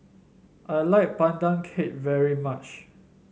I like Pandan Cake very much